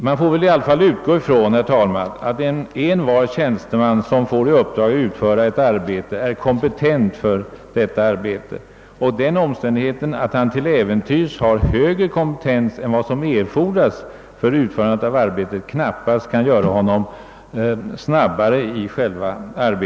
Man får väl ändå utgå från att varje tjänsteman, som får i uppdrag att utföra ett arbete är kompetent för detta, och den omständigheten att han till äventyrs har högre kompetens än vad som erfordras för arbetets fullgörande kan knappast innebära att han snabbare kan genomföra det.